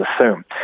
assume